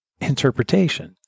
interpretation